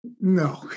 No